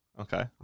Okay